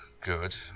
Good